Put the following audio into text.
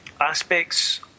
aspects